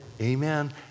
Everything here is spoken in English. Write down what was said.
Amen